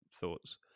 thoughts